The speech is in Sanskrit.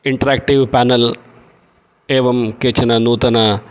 इण्टरेक्टिव् पेनेल् एवं केचन नूतन